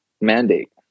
mandate